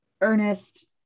Ernest